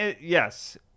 Yes